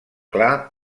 clar